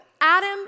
Adam